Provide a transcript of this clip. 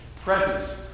Presence